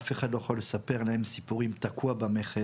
אף אחד לא יכול לספר להם סיפורים, תקוע במכס.